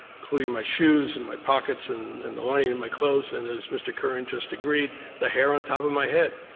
including my shoes and my pockets and and the lining of and my clothes and, as mr. curran just agreed, the hair on top of my head.